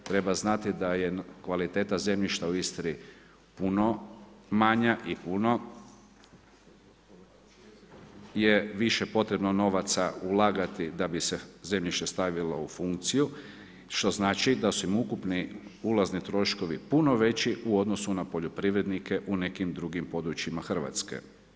Treba znati, da je kvaliteta zemljišta u Istri puno manja i puno je više potrebno novaca ulagati da bi se zemljište stavilo u funkciju, što znači da su im ulazni troškovi puno veći, u odnosu na poljoprivrednike u nekim drugim područjima Hrvatske.